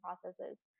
processes